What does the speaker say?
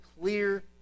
clear